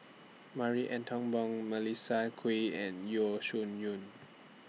Marie Ethel Bong Melissa Kwee and Yeo Shih Yun